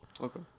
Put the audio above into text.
okay